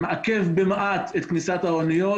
מעכב במעט את כניסת האניות,